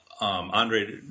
Andre